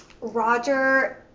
Roger